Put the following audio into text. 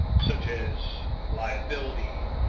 such as liability,